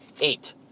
eight